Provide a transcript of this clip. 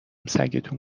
سگتون